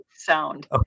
Sound